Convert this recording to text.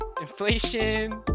inflation